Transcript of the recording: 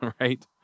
right